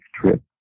trip